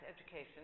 education